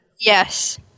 Yes